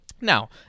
Now